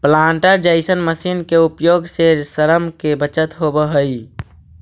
planter जईसन मशीन के उपयोग से श्रम के बचत होवऽ हई